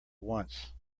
once